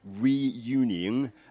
reunion